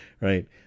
Right